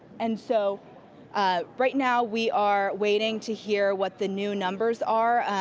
and so ah right now, we are waiting to hear what the new numbers are.